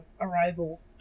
Arrival